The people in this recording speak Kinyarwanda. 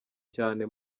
cyane